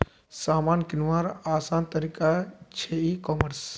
सामान किंवार आसान तरिका छे ई कॉमर्स